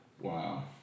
Wow